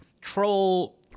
troll